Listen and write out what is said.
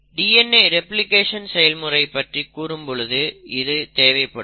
DNA replication செயல்முறை பற்றி கூறும் பொழுது இது தேவைப்படும்